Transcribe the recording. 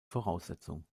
voraussetzung